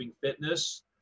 fitness